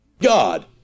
God